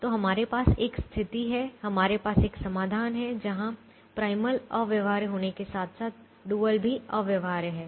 तो हमारे पास एक स्थिति है हमारे पास एक समाधान है जहां प्राइमल अव्यवहार्य होने के साथ साथ डुअल भी अव्यवहार्य है